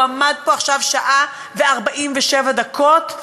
הוא עמד פה עכשיו שעה ו-47 דקות,